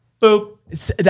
boop